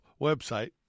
website